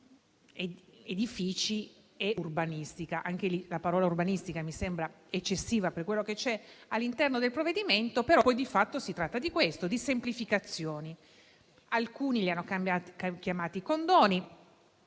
edifici e urbanistica. Anche lì, la parola urbanistica mi sembra eccessiva per quello che c'è all'interno del provvedimento, però poi, di fatto, si tratta di questo: di semplificazioni. Alcuni li hanno chiamati condoni: